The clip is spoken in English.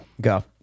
Go